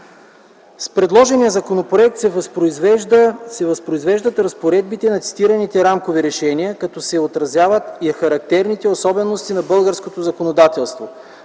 С предложения законопроект се възпроизвеждат разпоредбите на цитираните рамкови решения, като се отразяват и характерните особености на българското законодателство.